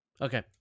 okay